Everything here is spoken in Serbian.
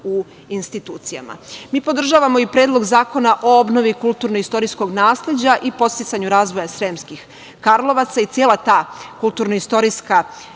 u institucijama. Mi podržavamo i Predlog zakona o obnovi kulturno-istorijskog nasleđa i podsticanju razvoja Sremskih Karlovaca i cela ta kulturno-istorijska